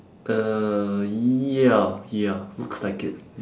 the ya ya looks like it